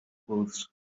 clothes